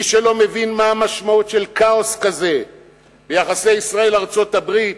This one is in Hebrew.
מי שלא מבין מה המשמעות של כאוס כזה ביחסי ישראל ארצות-הברית,